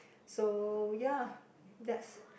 so ya that's